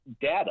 data